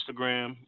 Instagram